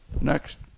Next